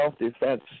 self-defense